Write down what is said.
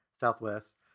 Southwest